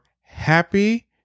happy